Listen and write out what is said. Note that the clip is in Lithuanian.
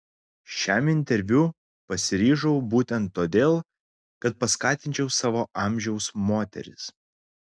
šiam interviu pasiryžau būtent todėl kad paskatinčiau savo amžiaus moteris